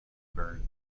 burned